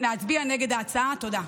להצביע נגד ההצעה תודה.